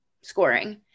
scoring